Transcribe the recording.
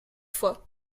fois